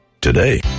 Today